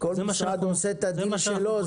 כל משרד עושה את הדין שלו.